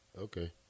Okay